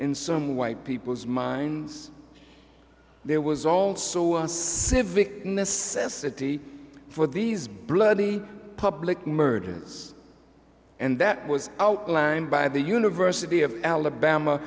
in some white people's minds there was also a civic necessity for these bloody public murders and that was outlined by the university of alabama